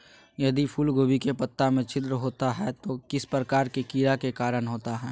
यदि फूलगोभी के पत्ता में छिद्र होता है तो किस प्रकार के कीड़ा के कारण होता है?